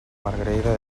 margarida